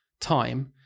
time